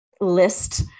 list